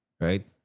Right